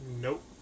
Nope